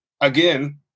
Again